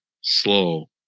slow